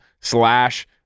slash